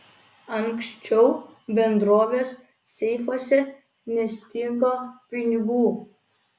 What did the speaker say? anksčiau bendrovės seifuose nestigo pinigų